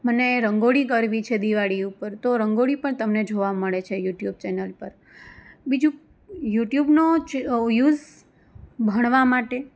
મને રંગોળી કરવી છે દિવાળી ઉપર તો રંગોળી પણ તમને જોવા મળે છે યુટ્યુબ ચેનલ પર બીજું યુટ્યુબનો યુઝ ભણવા માટે